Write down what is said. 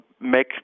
make